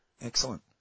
Excellent